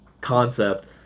concept